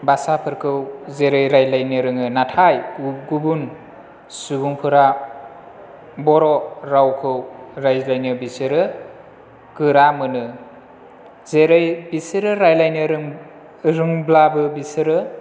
भासाफोरखौ जेरै रायलायनो रोङो नाथाय गुबुन सुबुंफोरा बर' रावखौ रायज्लायनो बिसोरो गोरा मोनो जेरै बिसोरो रायज्लायनो रोंब्लाबो बिसोरो